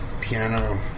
piano